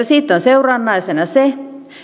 siitä on seurannaisena se